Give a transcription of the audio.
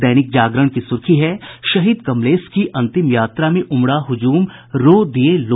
दैनिक जागरण की सुर्खी है शहीद कमलेश की अंतिम यात्रा में उमड़ा हुजूम रो दिये लोग